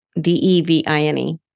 D-E-V-I-N-E